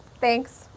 Thanks